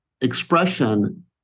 expression